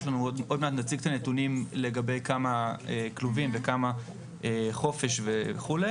עוד מעט נציג את הנתונים לגבי כמה כלובים וכמה חופש וכו'.